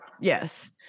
yes